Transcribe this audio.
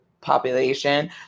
population